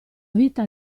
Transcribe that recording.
vita